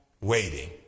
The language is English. waiting